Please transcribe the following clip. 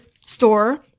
store